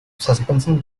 suspension